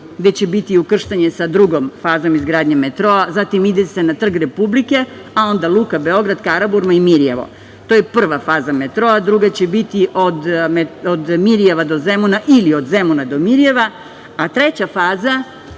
gde će biti ukrštanje sa drugom fazom izgradnje metroa, zatim ide se na Trg Republike, a onda Luka Beograd, Karaburma i Mirijevo. To je prva faza metroa. Druga će biti od Mirijeva do Zemuna ili od Zemuna do Mirijeva, a treća faza